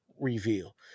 reveal